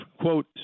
quote